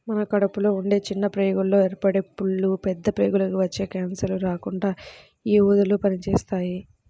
మన కడుపులో ఉండే చిన్న ప్రేగుల్లో ఏర్పడే పుళ్ళు, పెద్ద ప్రేగులకి వచ్చే కాన్సర్లు రాకుండా యీ ఊదలు పనిజేత్తాయి